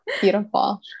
Beautiful